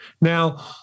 now